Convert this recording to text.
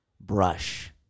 brush